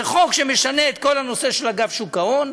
זה חוק שמשנה את כל הנושא של אגף שוק ההון.